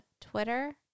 Twitter